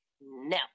no